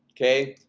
okay.